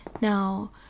Now